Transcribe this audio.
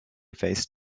face